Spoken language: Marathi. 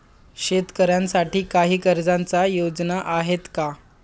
शेतकऱ्यांसाठी काही कर्जाच्या योजना आहेत का?